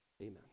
Amen